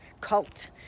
cult